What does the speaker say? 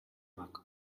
mac